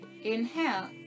Inhale